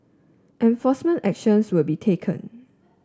enforcement actions will be taken